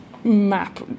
map